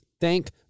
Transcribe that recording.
thank